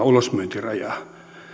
ulosmyyntirajaa